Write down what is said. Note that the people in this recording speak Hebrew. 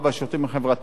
להלן: שר הרווחה,